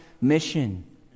Mission